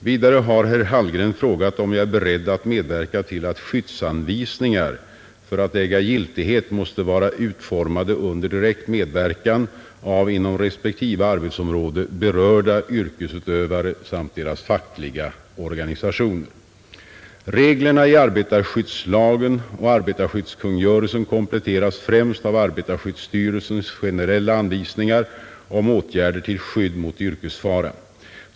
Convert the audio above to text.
Vidare har herr Hallgren frågat om jag är beredd att medverka till att skyddsanvisningar för att äga giltighet måste vara utformade under direkt medverkan av inom respektive arbetsområden berörda yrkesutövare samt deras fackliga organisationer. Reglerna i arbetarskyddslagen och arbetarskyddskungörelsen kompletteras främst av arbetarskyddsstyrelsens generella anvisningar om åtgärder till skydd mot yrkesfara.